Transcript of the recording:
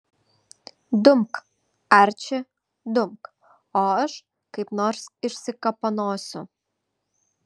dumk arči dumk o aš kaip nors išsikapanosiu